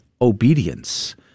obedience